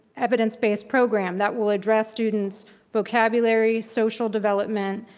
evidence-based program that will address students' vocabulary, social development,